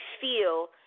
feel